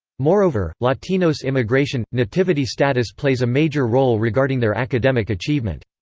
moreover, latinos' immigration nativity status plays a major role regarding their academic achievement.